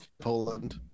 Poland